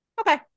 Okay